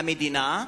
המדינה,